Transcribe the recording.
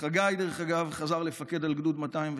חגי, דרך אגב, חזר להיות מפקד על גדוד 202,